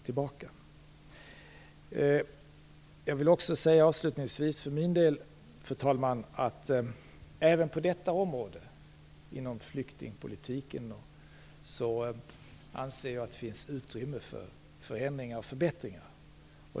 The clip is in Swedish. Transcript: Avslutningsvis, fru talman, vill jag säga att jag anser att det även på detta område inom flyktingpolitiken finns utrymme för förändringar och förbättringar.